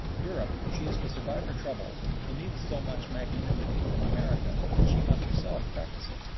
europe, if she is to survive her troubles, will need so much magnanimity from america, that she must herself practice it.